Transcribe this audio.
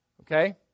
Okay